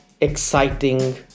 exciting